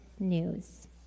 news